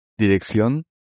Dirección